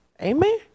amen